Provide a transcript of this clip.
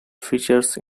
features